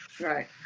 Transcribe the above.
Right